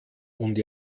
und